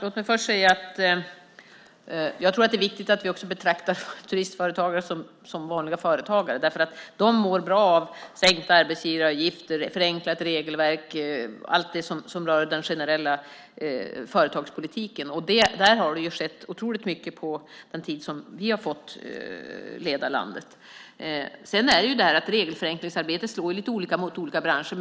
Herr talman! Jag tror att det är viktigt att vi betraktar turistföretagare som vanliga företagare. De mår bra av sänkta arbetsgivaravgifter, ett förenklat regelverk och allt det som rör den generella företagspolitiken. Där har det skett otroligt mycket under den tid som vi har lett landet. Regelförenklingsarbetet slår lite olika mot olika branscher.